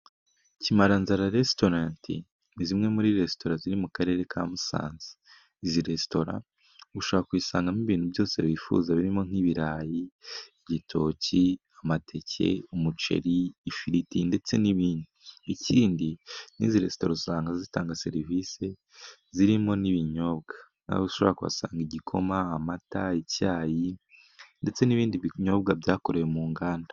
Kimararanzara resitorenti ni zimwe muri resitora ziri mu karere ka Musanze izi resitora gushaka kuyisangamo ibintu byose wifuza birimo: nk'ibirayi, igitoki, amateke, umuceri, ifiriti, ndetse n'ibindi. Ikindi nizi resitora usanga zitanga serivisi zirimo n'ibinyobwa naho ushobora kuba wasanga igikoma, amata, icyayi, ndetse n'ibindi binyobwa byakorewe mu nganda.